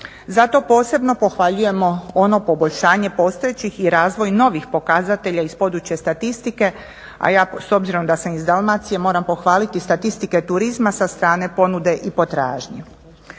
Zato posebno pohvaljujemo ono poboljšanje postojećih i razvoj novih pokazatelja iz područja statistike a ja s obzirom da sam iz Dalmacije moram pohvaliti statistike turizma sa strane ponude i potražnje.